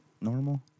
normal